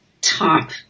top